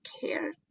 care